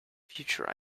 future